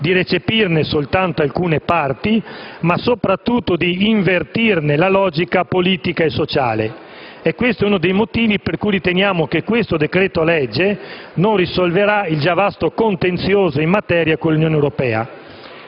di recepirne soltanto alcune parti, ma soprattutto di invertirne la logica politica e sociale. È questo uno dei motivi per cui riteniamo che il decreto-legge in esame non risolverà il già vasto contenzioso in materia con l'Unione europea.